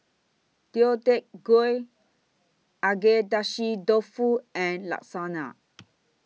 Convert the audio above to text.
Deodeok Gui Agedashi Dofu and Lasagna